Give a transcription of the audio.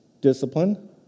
discipline